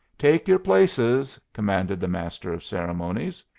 take your places, commanded the master of ceremonies.